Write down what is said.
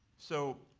so